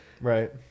Right